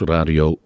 Radio